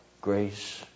grace